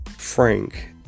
Frank